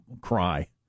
cry